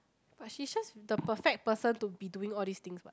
but she's just the perfect person to be doing all these things what